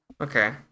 Okay